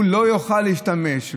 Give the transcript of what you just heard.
שהוא לא יוכל להשתמש,